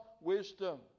wisdom